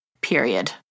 period